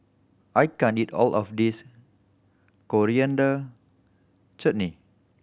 I can't eat all of this Coriander Chutney